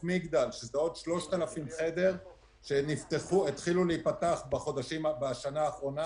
מגדל יש 3,000 חדרים שהתחילו להיפתח בשנה האחרונה